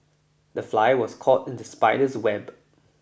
The fly was caught in the spider's web